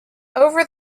over